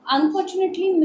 Unfortunately